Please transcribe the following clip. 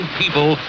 people